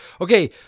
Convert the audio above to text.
okay